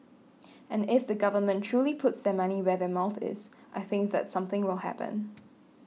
and if the government truly puts their money where their mouth is I think that something will happen